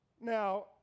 Now